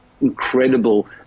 incredible